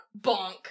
Bonk